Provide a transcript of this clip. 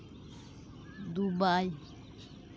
Dubai